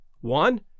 One